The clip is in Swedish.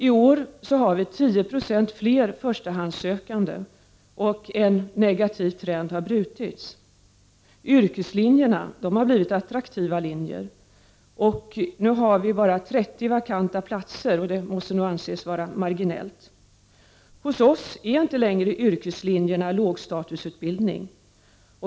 I år har vi 10 96 fler förstahandssökande, och en negativ trend i yrkesutbildningen har brutits. Yrkeslinjerna har blivit attraktiva linjer och nu har vi bara 30 vakanta platser, något som måste anses marginellt. Hos oss är inte längre yrkeslinjerna lågstatusutbildning.